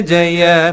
Jaya